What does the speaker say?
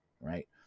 Right